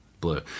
Blue